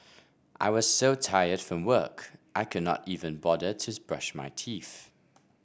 I was so tired from work I could not even bother to brush my teeth